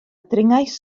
dringais